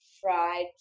fried